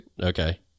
Okay